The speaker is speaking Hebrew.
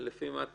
לפי מה תקבעי?